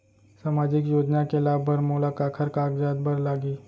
सामाजिक योजना के लाभ बर मोला काखर कागजात बर लागही?